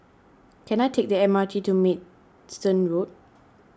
can I take the M R T to Maidstone Road